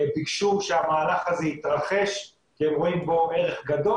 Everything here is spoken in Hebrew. ביקשו שהמהלך הזה יתרחש כי הם רואים בו ערך גדול.